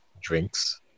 drinks